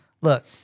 Look